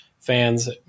fans